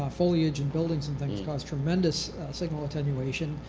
ah foliage and buildings and things cause tremendous signal attenuation.